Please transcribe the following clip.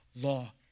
law